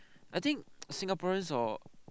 I think Singaporeans hor